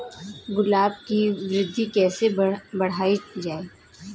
गुलाब की वृद्धि कैसे बढ़ाई जाए?